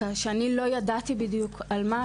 שאני לא ידעתי בדיוק על מה,